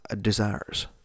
desires